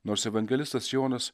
nors evangelistas jonas